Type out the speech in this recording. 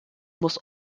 muss